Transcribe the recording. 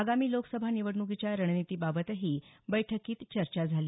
आगामी लोकसभा निवडणुकीच्या रणनितीबाबतही बैठकीत चर्चा झाली